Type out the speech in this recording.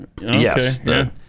Yes